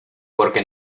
porque